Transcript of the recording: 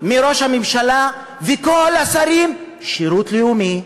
מראש הממשלה וכל השרים: שירות לאומי,